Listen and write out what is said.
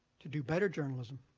to do better journalism,